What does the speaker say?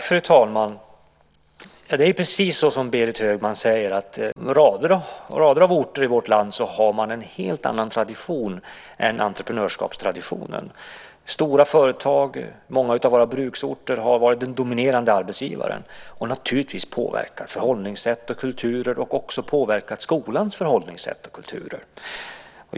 Fru talman! Det är precis så, som Berit Högman säger, att i rader av orter i vårt land har man en helt annan tradition än entreprenörskapstraditionen. Stora företag i många av våra bruksorter har varit den dominerande arbetsgivaren, och det har naturligtvis påverkat förhållningssätt och kulturer, och också påverkat skolans förhållningssätt och kulturer.